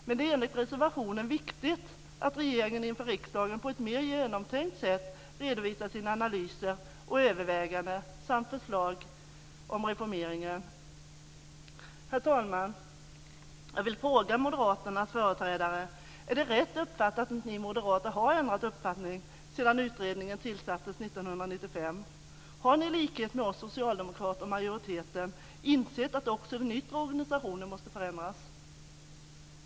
Men det är enligt reservationen viktigt att regeringen inför riksdagen på ett mer genomtänkt sätt redovisar sina analyser och överväganden samt förslag om reformeringen. Herr talman! Jag vill fråga Moderaternas företrädare: Är det rätt uppfattat att ni moderater har ändrat uppfattning sedan utredningen tillsattes 1995? Har ni i likhet med oss socialdemokrater och majoriteten insett att också den yttre organisationen måste förändras?